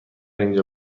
اینجا